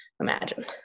imagine